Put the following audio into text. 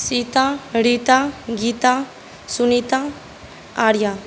Sita Rita Gita Sunita Arya